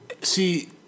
See